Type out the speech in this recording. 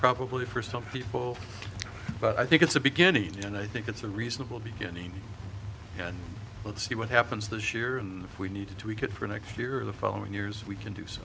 probably for some people but i think it's a beginning and i think it's a reasonable beginning and let's see what happens this year and we need to tweak it for next year the following years we can do so